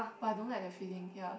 but I don't like that feeling ya